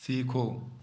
सीखो